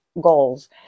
goals